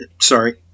Sorry